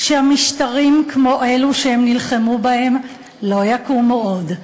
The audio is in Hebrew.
שמשטרים כמו אלו שהם נלחמו בהם לא יקומו עוד,